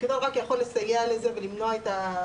הפיקדון רק יכול לסייע לזה ולמנוע את ה-